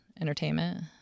entertainment